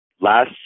last